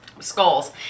Skulls